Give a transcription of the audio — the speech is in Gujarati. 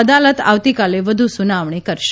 અદાલત આવતીકાલે વધુ સુનાવણી કરશે